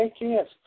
yes